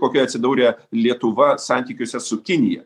kokioj atsidūrė lietuva santykiuose su kinija